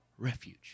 refuge